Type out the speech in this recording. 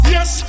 Yes